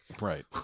right